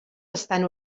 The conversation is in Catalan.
estan